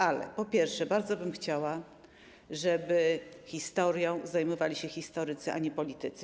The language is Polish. Ale, po pierwsze, bardzo bym chciała, żeby historią zajmowali się historycy, a nie politycy.